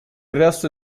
resto